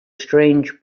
strange